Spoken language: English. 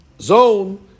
zone